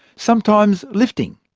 sometimes lifting,